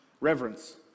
reverence